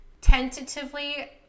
tentatively